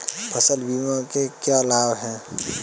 फसल बीमा के क्या लाभ हैं?